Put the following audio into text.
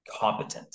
competent